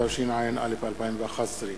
התשע"א 2011,